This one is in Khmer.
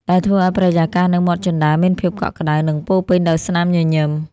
ដែលធ្វើឱ្យបរិយាកាសនៅមាត់ជណ្ដើរមានភាពកក់ក្តៅ និងពោរពេញដោយស្នាមញញឹម។